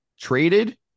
Traded